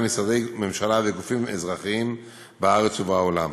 משרדי ממשלה וגופים אזרחיים בארץ ובעולם.